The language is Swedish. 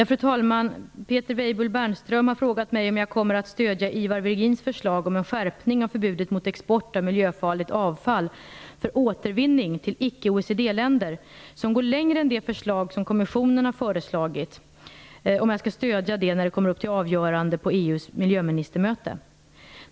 Fru talman! Peter Weibull Bernström har frågat mig om jag kommer att stödja Ivar Virgins förslag om en skärpning av förbudet mot export av miljöfarligt avfall för återvinning till icke OECD-länder, som går längre än det förslag som kommissionen har föreslagit, när det kommer upp till avgörande på EU:s miljöministermöte.